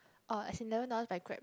oh as in eleven dollars by Grab